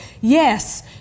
yes